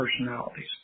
personalities